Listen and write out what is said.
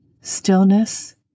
stillness